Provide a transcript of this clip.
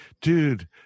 dude